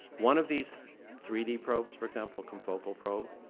one of these three d probes, for example, confocal probe,